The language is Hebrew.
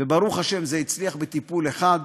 וברוך השם, זה הצליח בטיפול אחד.